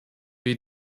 wir